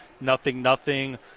nothing-nothing